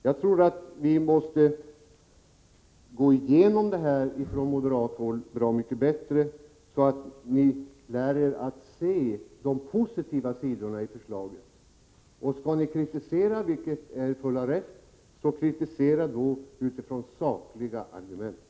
Jag tror att ni på moderat håll måste gå igenom förslaget bra mycket bättre, så att ni lär er att se de positiva sidorna i det. Skall ni kritisera, vilket är er fulla rätt, kritisera då från sakliga utgångspunkter.